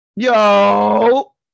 Yo